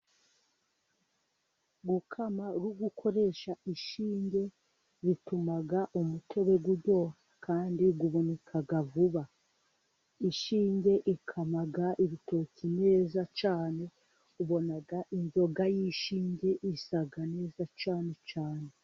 Gukama uri gukoresha inshinge, bituma umutobe uryoha, kandi uhunika vuba, inshinge ikama ibitoki neza, cyane ubona inzoga y'ishinge isa neza cyane cyane.